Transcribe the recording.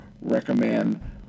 recommend